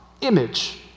image